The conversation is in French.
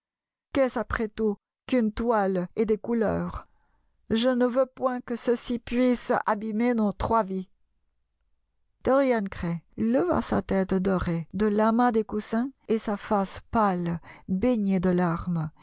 qu'est-ce après tout qu'une toile et des couleurs je ne veux point que ceci puisse abîmer nos trois vies dorian gray leva sa tête dorée de l'amas des coussins et sa face pâle baignée de larmes